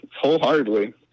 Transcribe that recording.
wholeheartedly